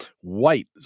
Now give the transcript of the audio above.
white